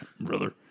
brother